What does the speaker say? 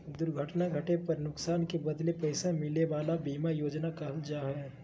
दुर्घटना घटे पर नुकसान के बदले पैसा मिले वला बीमा योजना कहला हइ